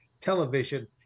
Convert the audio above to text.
television